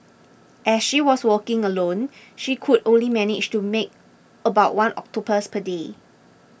as she was working alone she could only manage to make about one octopus per day